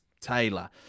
Taylor